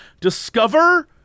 discover